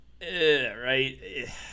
right